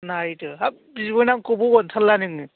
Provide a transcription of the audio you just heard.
नायदो हाब बिबोनांखौबो अनथारला नोङो